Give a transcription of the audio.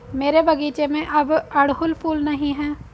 मेरे बगीचे में अब अड़हुल फूल नहीं हैं